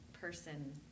person